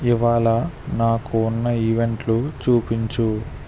ఇవాళ నాకు ఉన్న ఈవెంట్లు చూపించు